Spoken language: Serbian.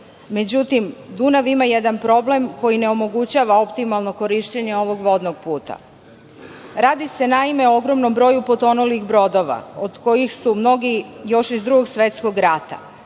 Međutim, Dunav ima jedan problem koji ne omogućava optimalno korišćenje ovog vodnog puta. Radi se o ogromnom broju potonulih brodova, od kojih su mnogi još iz Drugog svetskog rata.